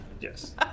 Yes